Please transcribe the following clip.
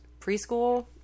preschool